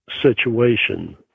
situation